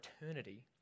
eternity